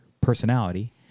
personality